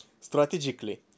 strategically